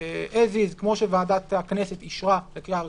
כמו שהוא, כמו שוועדת הכנסת אישרה לקריאה הראשונה,